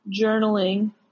journaling